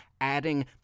adding